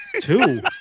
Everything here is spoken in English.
Two